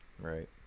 right